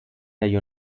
der